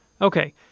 Okay